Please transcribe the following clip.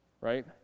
right